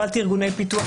--- ארגוני פיתוח,